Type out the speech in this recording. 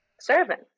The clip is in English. Servant